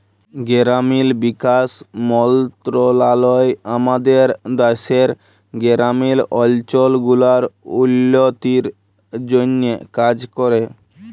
গেরামিল বিকাশ মলত্রলালয় আমাদের দ্যাশের গেরামিল অলচল গুলার উল্ল্য তির জ্যনহে কাজ ক্যরে